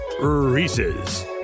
Reese's